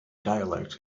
dialect